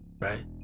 Right